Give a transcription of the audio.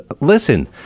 Listen